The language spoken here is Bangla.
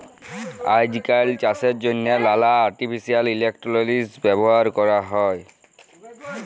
আইজকাল চাষের জ্যনহে লালা আর্টিফিসিয়াল ইলটেলিজেলস ব্যাভার ক্যরা হ্যয়